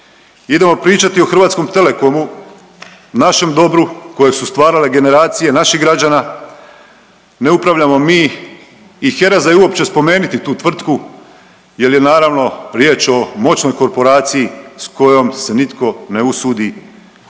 Idemo pričati o Hrvatskom telekomu, našem dobru kojeg su stvarale generacije naših građana, ne upravljamo mi i hereza je uopće spomeniti tu tvrtku jer je naravno, riječ o moćnoj korporaciji s kojom se nitko ne usudi obračunati,